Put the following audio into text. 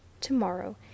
to-morrow